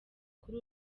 kuri